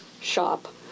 shop